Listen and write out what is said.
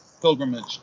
Pilgrimage